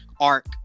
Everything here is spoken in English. arc